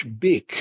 big